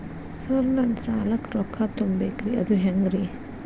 Sir ನನ್ನ ಸಾಲಕ್ಕ ರೊಕ್ಕ ತುಂಬೇಕ್ರಿ ಅದು ಹೆಂಗ್ರಿ?